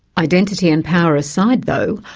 identity and power aside, though,